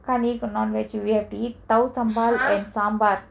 can't eat a non vege we have to eat thawsambaal and saambar